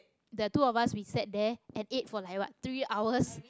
the two of us we sat there and ate for like what three hours